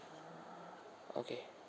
okay